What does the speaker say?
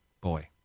boy